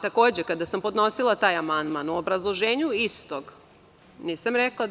Takođe, kada sam podnosila taj amandman, u obrazloženju istog nisam rekla